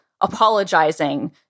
apologizing